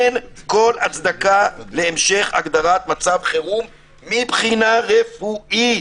אין כל הצדקה להמשך הגדרת מצב חירום מבחינה רפואית.